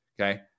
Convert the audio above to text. Okay